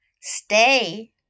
Stay